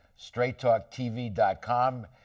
straighttalktv.com